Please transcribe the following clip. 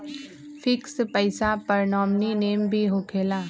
Fix पईसा पर nominee name भी होकेला?